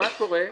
מה קורה?